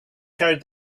carried